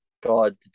God